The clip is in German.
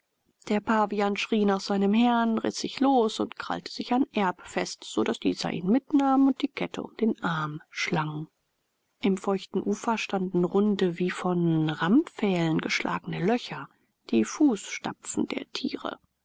der pavian schrie nach seinem herrn riß sich los und krallte sich an erb fest so daß dieser ihn mitnahm und die kette um den arm schlang im feuchten ufer standen runde wie von rammpfählen geschlagene löcher die fußstapfen der tiere